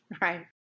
right